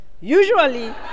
Usually